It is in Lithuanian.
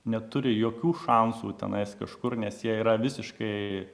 neturi jokių šansų tenais kažkur nes jie yra visiškai